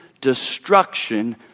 destruction